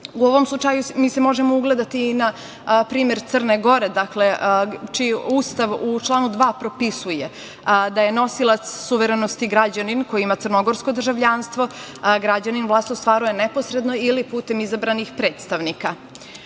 ovom slučaju mi se možemo ugledati i na primer Crne Gore, čiji Ustav u članu 2. propisuje da je nosilac suverenosti građanin koji ima crnogorsko državljanstvo, građanin vlast ostvaruje neposredno ili putem izabranih predstavnika. Obzirom